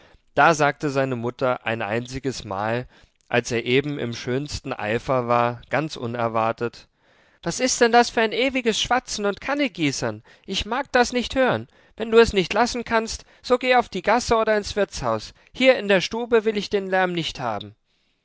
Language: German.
da sagte seine mutter ein einzigesmal als er eben im schönsten eifer war ganz unerwartet was ist denn das für ein ewiges schwatzen und kannegießern ich mag das nicht hören wenn du es nicht lassen kannst so geh auf die gasse oder ins wirtshaus hier in der stube will ich den lärm nicht haben